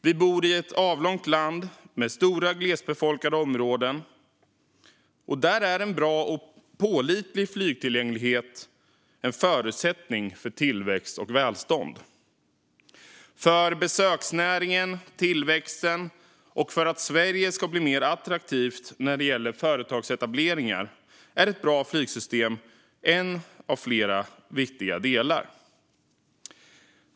Vi bor i ett avlångt land med stora glesbefolkade områden där en bra och pålitlig flygtillgänglighet är en förutsättning för tillväxt och välstånd. För besöksnäringen och tillväxten och för att Sverige ska bli mer attraktivt när det gäller företagsetableringar är ett bra flygsystem en av flera viktiga delar.